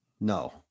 no